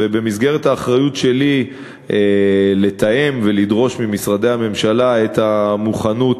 ובמסגרת האחריות שלי לתאם ולדרוש ממשרדי הממשלה את המוכנות